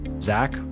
Zach